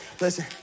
Listen